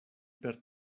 per